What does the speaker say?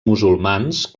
musulmans